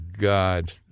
God